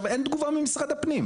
אין תגובה ממשרד הפנים.